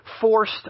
forced